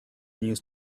news